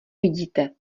vidíte